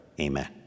Amen